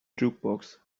jukebox